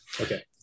okay